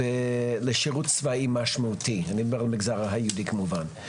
לשירות צבאי משמעותי אני מדבר על המגזר היהודי כמובן.